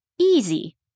Easy